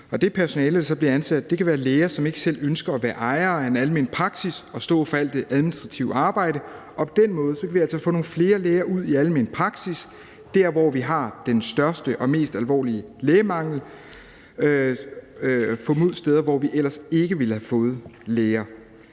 det personale, der så bliver ansat, kan være læger, som ikke selv ønsker at være ejere af en almen praksis og stå for alt det administrative arbejde. På den måde kan vi altså få nogle flere læger ud i almen praksis der, hvor vi har den største og mest alvorlige lægemangel – få dem ud på steder, hvor vi ellers ikke ville have fået læger